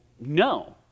no